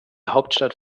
hauptstadt